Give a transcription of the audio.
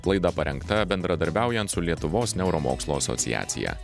laida parengta bendradarbiaujant su lietuvos neuromokslų asociacija